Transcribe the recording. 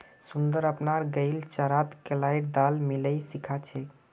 सुंदर अपनार गईक चारात कलाईर दाल मिलइ खिला छेक